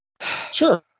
Sure